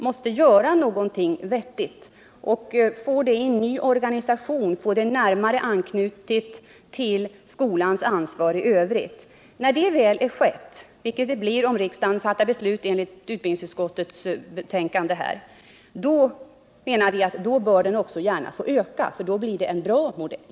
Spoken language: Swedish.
Man måste få in den i en ny organisation, så att man får den närmare knuten till skolans ansvar i övrigt. När detta väl är genomfört — vilket det blir, om riksdagen fattar beslut i enlighet med vad som framförs i betänkandet — bör lärlingsutbildningen ökas. Då har en bra modell skapats för den.